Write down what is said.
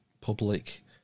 public